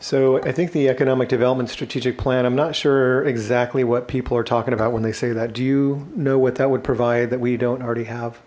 so i think the economic development strategic plan i'm not sure exactly what people are talking about when they say that do you know what that would provide that we don't already have